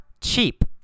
cheap